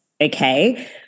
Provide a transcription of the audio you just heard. okay